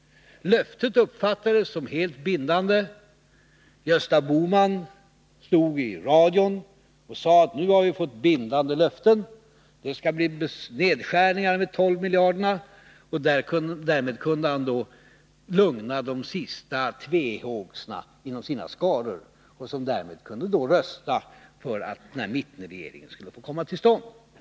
Löftet uppfattades som helt bindande. Gösta Bohman uttalade sig i radio och sade: Nu har vi fått bindande löften. Det skall bli nedskärningar med 12 miljarder. — På så sätt kunde han lugna de sista tvehågsna inom sina skaror, som satt på sina rum och kurade och som sedan kunde rösta för att mittenregeringen skulle få komma till stånd.